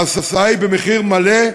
ההסעה היא במחיר מלא,